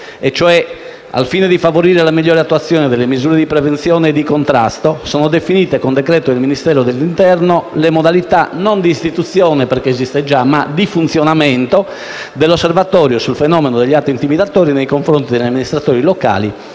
lettura: «Al fine di favorire la migliore attuazione delle misure di prevenzione e di contrasto sono definite con decreto del Ministero dell'interno le modalità» - non di istituzione, perché esiste già - «di funzionamento dell'Osservatorio sul fenomeno degli atti intimidatori nei confronti degli amministratori locali,